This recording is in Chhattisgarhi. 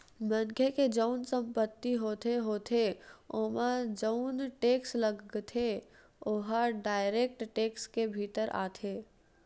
मनखे के जउन संपत्ति होथे होथे ओमा जउन टेक्स लगथे ओहा डायरेक्ट टेक्स के भीतर आथे